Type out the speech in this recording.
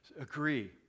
agree